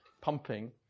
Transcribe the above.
pumping